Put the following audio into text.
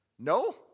No